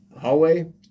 hallway